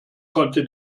konnte